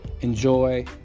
Enjoy